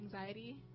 Anxiety